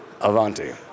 Avanti